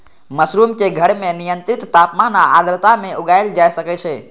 mushroom कें घर मे नियंत्रित तापमान आ आर्द्रता मे उगाएल जा सकै छै